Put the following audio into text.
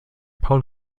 paul